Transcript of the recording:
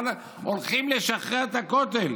הולכים לשחרר את הכותל.